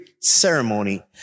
ceremony